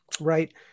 right